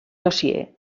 dossier